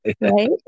right